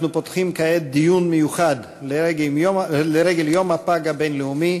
אנחנו פותחים כעת דיון מיוחד לרגל יום הפג הבין-לאומי,